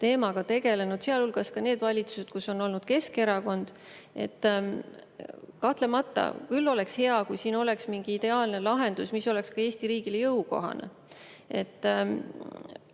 teemaga tegelenud, sealhulgas need valitsused, kus on olnud Keskerakond. Kahtlemata, küll oleks hea, kui siin oleks mingi ideaalne lahendus, mis oleks ka Eesti riigile jõukohane. Ma